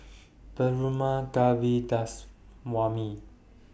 Perumal Govindaswamy